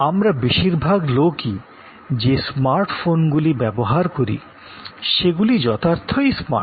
আমরা বেশিরভাগ লোকই যে স্মার্টফোনগুলি ব্যবহার করি সেগুলি যথার্থই স্মার্ট